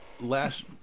Last